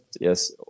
yes